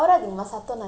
ah then what